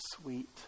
sweet